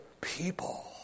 people